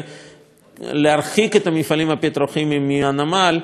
הרחקת המפעלים הפטרוכימיים מהנמל אומנם